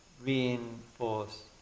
reinforce